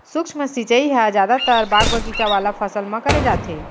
सूक्ष्म सिंचई ह जादातर बाग बगीचा वाला फसल म करे जाथे